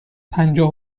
پجاه